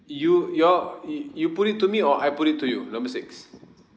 you your y~ you put it to me or I put it to you number six